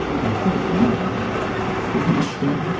i should have been but i wasn't. do you think that's fair?